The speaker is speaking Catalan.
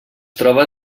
troba